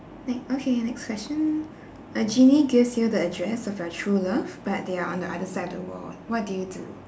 ne~ okay next question a genie gives you the address of your true love but they are on the other side of the world what do you do